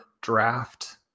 draft